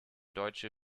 deutsche